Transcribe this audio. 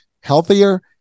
healthier